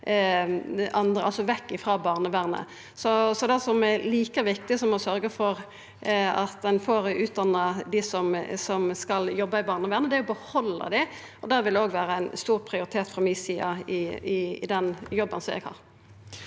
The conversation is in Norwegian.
eller vekk frå barnevernet. Så det som er like viktig som å sørgja for at ein får utdanna dei som skal jobba i barnevernet, er å behalda dei, og det vil òg vera ein stor prioritet frå mi side i den jobben eg har.